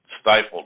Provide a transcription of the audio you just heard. stifled